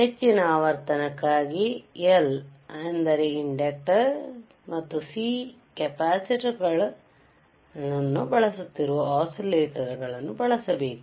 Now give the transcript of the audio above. ಹೆಚ್ಚಿನ ಆವರ್ತನಕ್ಕಾಗಿ L ಅಂದರೆ ಇಂಡಕ್ಟರ್ ಮತ್ತು C ಕೆಪಾಸಿಟರ್ ಬಳಸುತ್ತಿರುವ ಒಸಿಲೇಟಾರ್ ಬಳಸಬೇಕು